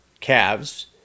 calves